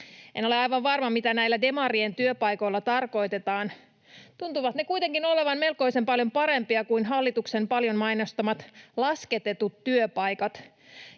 En ole aivan varma, mitä näillä demarien työpaikoilla tarkoitetaan, tuntuvat ne kuitenkin olevan melkoisen paljon parempia kuin hallituksen paljon mainostamat lasketetut työpaikat.